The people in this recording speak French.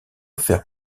faire